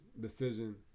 Decision